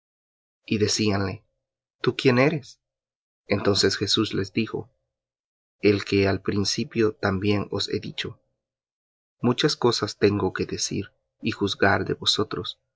y decíanle tú quién eres entonces jesús les dijo el que al principio también os he dicho muchas cosas tengo que decir y juzgar de vosotros